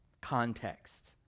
Context